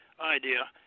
idea